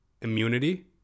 immunity